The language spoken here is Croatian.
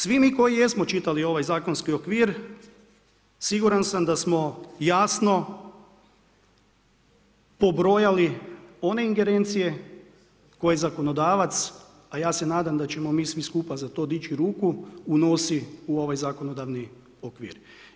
Svi mi koji jesmo čitali ovaj zakonski okvir siguran sam da smo jasno pobrojali one ingerencije koje zakonodavac, a ja se nadam da ćemo mi svi skupa za to dići ruku, unosi u ovaj zakonodavni okvir.